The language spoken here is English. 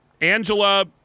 Angela